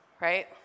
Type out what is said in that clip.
right